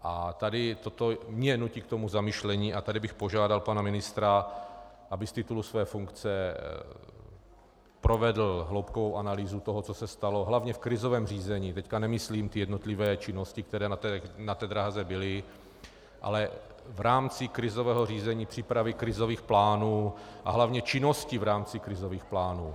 A tady toto mě nutí k zamyšlení a tady bych požádal pana ministra, aby z titulu své funkce provedl hloubkovou analýzu toho, co se stalo, hlavně v krizovém řízení, teď nemyslím ty jednotlivé činnosti, které na té dráze byly, ale v rámci krizového řízení, přípravy krizových plánů a hlavně činnosti v rámci krizových plánů.